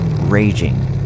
raging